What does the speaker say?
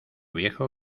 viejo